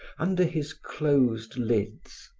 under his closed lids,